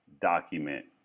document